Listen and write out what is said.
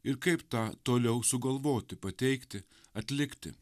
ir kaip tą toliau sugalvoti pateikti atlikti